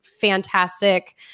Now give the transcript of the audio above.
fantastic